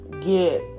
Get